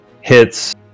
hits